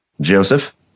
Joseph